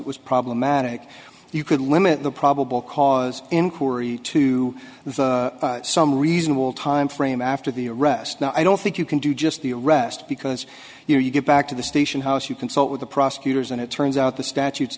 was problematic you could limit the probable cause inquiry to some reasonable timeframe after the arrest no i don't think you can do just the arrest because you know you get back to the station house you consult with the prosecutors and it turns out the statutes